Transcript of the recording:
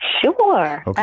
sure